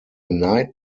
night